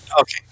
Okay